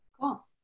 Cool